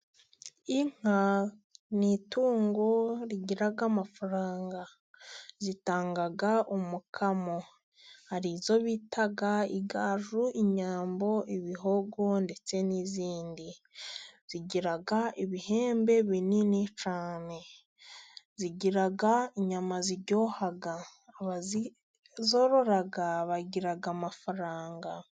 Inka ni itungo rigira amafaranga. Zitanga umukamo. Hari izo bita igaju, inyambo, ibihogo ndetse n'izindi. Zigira ibihembe binini cyane, zigira inyama ziryoha. Abazorora bagira amafaranga.